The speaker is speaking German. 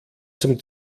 zum